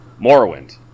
Morrowind